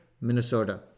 Minnesota